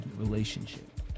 relationship